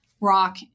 rock